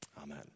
amen